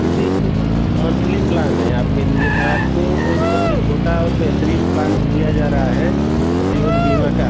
जी जी monthly plan है आपके लिए आपको सबसे छोटा और बेहतरीन प्लान दिया जा रहा है जीवन बीमा का